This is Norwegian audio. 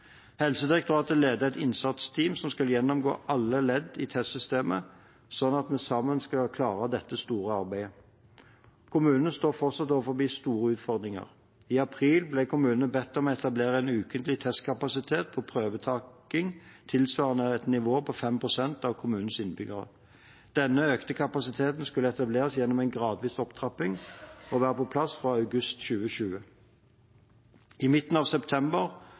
Helsedirektoratet leder et innsatsteam som skal gjennomgå alle ledd i testsystemet, slik at vi sammen skal klare dette store arbeidet. Kommunene står fortsatt overfor store utfordringer. I april ble kommunene bedt om å etablere en ukentlig testkapasitet på prøvetaking tilsvarende et nivå på 5 pst. av kommunens innbyggere. Den økte kapasiteten skulle etableres gjennom en gradvis opptrapping og være på plass fra august 2020. I midten av september